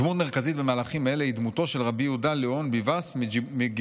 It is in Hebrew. "דמות מרכזית במהלכים אלה היא דמותו של רבי יהודה ליאון ביבאס מגיברלטר.